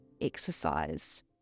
exercise